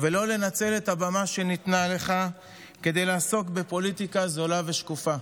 ולא לנצל את הבמה שניתנה לך כדי לעסוק בפוליטיקה זולה ושקופה.